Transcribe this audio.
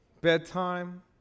Bedtime